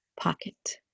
pocket